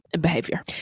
behavior